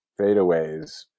fadeaways